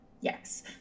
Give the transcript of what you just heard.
Yes